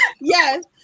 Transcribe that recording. Yes